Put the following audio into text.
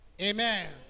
Amen